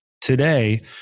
today